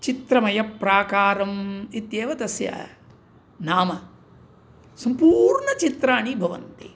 चित्रमयं प्राकारम् इत्येव तस्य नामं सम्पूर्णं चित्राणि भवन्ति